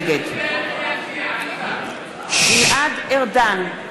נגד גלעד ארדן,